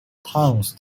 towns